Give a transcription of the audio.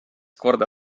korda